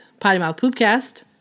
pottymouthpoopcast